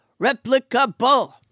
Replicable